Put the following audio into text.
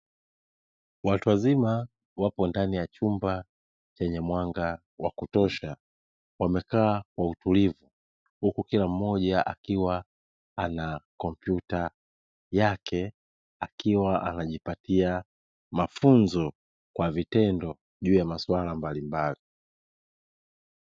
Watu wazima wapo ndani ya chumba chenye mwanga wa kutosha wamekaa kwa utulivu huku kila mmoja akiwa ana kompyuta yake, akiwa anajipatia mafunzo kwa vitendo juu ya masuala mbalimbali.